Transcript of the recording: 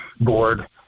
board